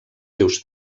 seus